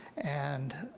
and